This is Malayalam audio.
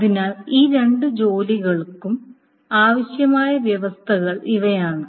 അതിനാൽ ഈ രണ്ട് ജോലികൾക്കും ആവശ്യമായ വ്യവസ്ഥകൾ ഇവയാണ്